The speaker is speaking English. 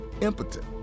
impotent